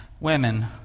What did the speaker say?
women